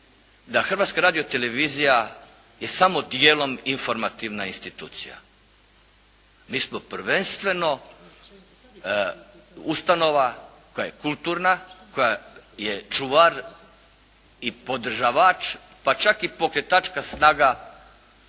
da Hrvatska radiotelevizija je samo dijelom informativna institucija. Mi smo prvenstveno ustanova koja je kulturna, koja je čuvar i podržavač pa čak i pokretačka snaga